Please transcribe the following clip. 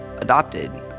adopted